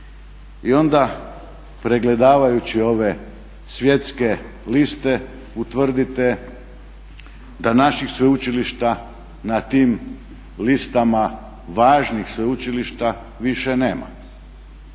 I onda pregledavajući ove svjetske liste utvrdite da naših sveučilišta na tim listama, važnih sveučilišta više nema.